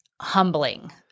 humbling